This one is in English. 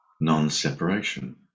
non-separation